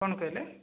କ'ଣ କହିଲେ